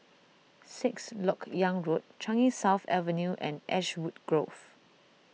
Sixth Lok Yang Road Changi South Avenue and Ashwood Grove